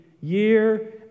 year